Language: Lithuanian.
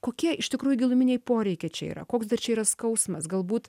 kokie iš tikrųjų giluminiai poreikiai čia yra koks dar čia yra skausmas galbūt